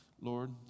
Lord